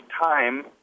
time